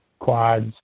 quads